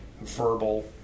verbal